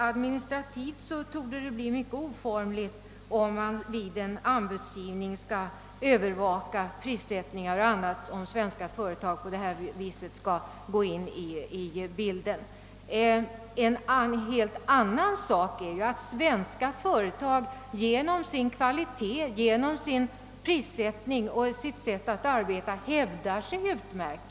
Administrativt torde det bli mycket oformligt att vid en anbudsgivning övervaka prissättningar och annat, om svenska företag på detta sätt kommer in i bilden. En helt annan sak är att svenska företag på grund av sina produkters kvalitet, sin prissättning och sitt sätt att arbeta hävdar sig utmärkt.